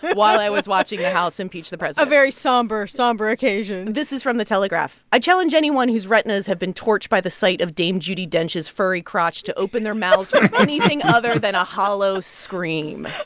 while i was watching the house impeach the president a very somber somber occasion this is from the telegraph. i challenge anyone whose retinas have been torched by the sight of dame judi dench's furry crotch to open their mouths. for anything other than a hollow scream